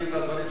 אפשר,